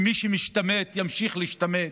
ומי שמשתמט ימשיך להשתמט.